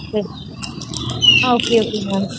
okay ah okay ma'am